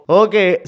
okay